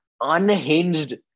unhinged